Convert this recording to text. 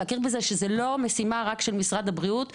להכיר שזו לא משימה רק של משרד הבריאות,